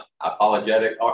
apologetic